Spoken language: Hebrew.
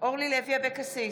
אורלי לוי אבקסיס,